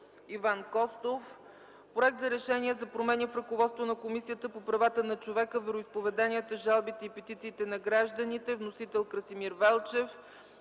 Иван Костов. Проект за решение за промени в ръководството на Комисията по правата на човека, вероизповеданията, жалбите и петициите на гражданите. Вносител – Красимир Велчев.